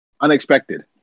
Unexpected